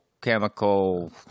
chemical